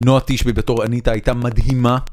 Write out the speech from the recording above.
נועה תישבי בתור אניטה הייתה מדהימה